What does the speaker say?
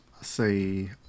say